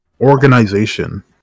organization